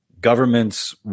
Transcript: governments